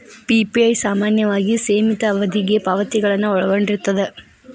PPI ಸಾಮಾನ್ಯವಾಗಿ ಸೇಮಿತ ಅವಧಿಗೆ ಪಾವತಿಗಳನ್ನ ಒಳಗೊಂಡಿರ್ತದ